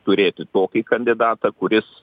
turėti tokį kandidatą kuris